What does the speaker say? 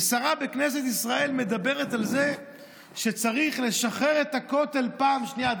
ושרה בכנסת ישראל מדברת על זה שצריך לשחרר את הכותל פעם שנייה,